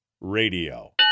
radio